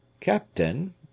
Captain